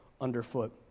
underfoot